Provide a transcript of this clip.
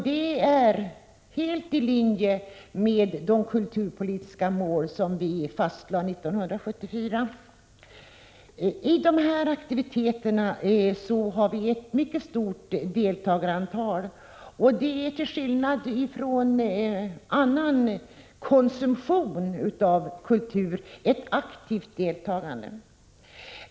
Det är helt i linje med de kulturpolitiska mål som riksdagen fastlade 1974. I dessa aktiviteter är deltagarantalet mycket stort, och det är, till skillnad från annan konsumtion av kultur, ett aktivt deltagande.